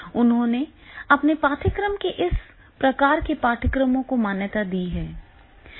उन्होंने अपने पाठ्यक्रम में इस प्रकार के पाठ्यक्रमों को मान्यता दी है